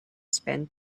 spend